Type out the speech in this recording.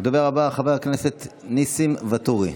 הדובר הבא, חבר הכנסת ניסים ואטורי,